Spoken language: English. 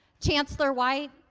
chancellor white,